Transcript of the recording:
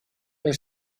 the